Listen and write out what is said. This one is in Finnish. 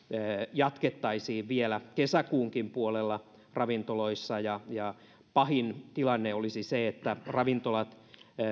jatkettaisiin vielä kesäkuunkin puolella ravintoloissa pahin tilanne olisi se että ravintolat